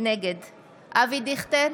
נגד אבי דיכטר,